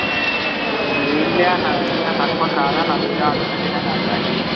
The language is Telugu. ఏమి లేదు అన్న ఇంత తక్కువకి రాదన్న వేరే ఆటోలు గిట్ల అడగండి